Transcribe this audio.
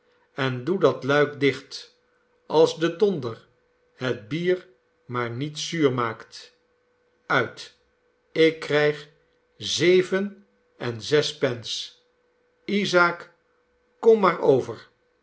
en doe dat luik dicht als de donder het bier maar niet zuur maakt uit ik krijg zeven en zes pence isaak kom maar over